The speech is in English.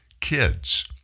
kids